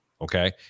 Okay